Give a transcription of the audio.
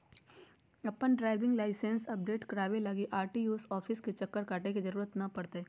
अपन driving licence update कराबे लगी आर.टी.ओ ऑफिस के चक्कर काटे के जरूरत नै पड़तैय